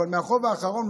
אבל מהחוב האחרון,